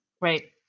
right